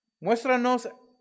muéstranos